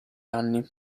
anni